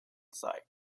sight